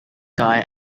guy